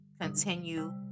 continue